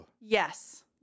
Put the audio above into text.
yes